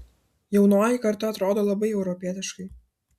jaunoji karta atrodo labai europietiškai